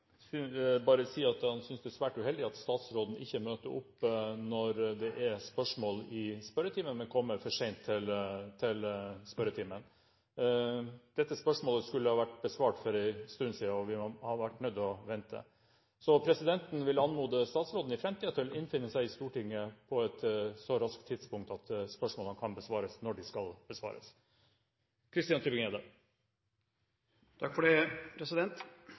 bare si at han synes det er svært uheldig at statsråden ikke møter opp når det er spørsmål i spørretimen, men kommer for sent. Dette spørsmålet skulle vært besvart for en stund siden, og vi har vært nødt til å vente. Presidenten vil anmode statsråden om i framtiden å innfinne seg i Stortinget på et så raskt tidspunkt at spørsmålene kan besvares når de skal besvares.